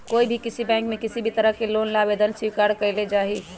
कोई भी बैंक में किसी भी तरह के लोन ला आवेदन स्वीकार्य कइल जाहई